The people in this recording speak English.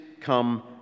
come